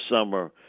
summer